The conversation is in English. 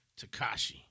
Takashi